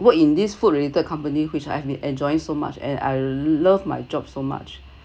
work in this food related company which I've been enjoying so much and I love my job so much